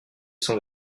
sont